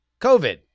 COVID